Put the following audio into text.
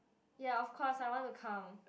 ya of course I want to come